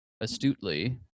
astutely